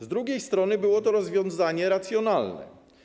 Z drugiej strony było to rozwiązanie racjonalne.